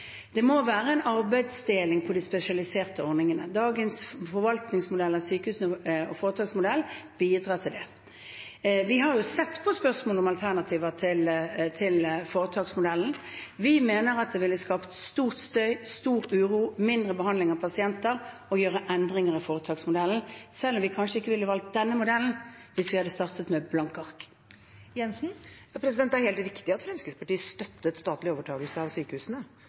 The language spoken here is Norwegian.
Det må være en arbeidsdeling på de spesialiserte ordningene. Dagens forvaltningsmodell for sykehusene og foretaksmodellen bidrar til det. Vi har sett på spørsmål om alternativer til foretaksmodellen. Vi mener at det ville skapt mye støy, stor uro og mindre behandling av pasienter å gjøre endringer i foretaksmodellen, selv om vi kanskje ikke ville valgt denne modellen hvis vi hadde startet med blanke ark. Det er helt riktig at Fremskrittspartiet støttet statlig overtakelse av sykehusene,